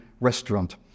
restaurant